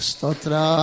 Stotra